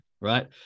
Right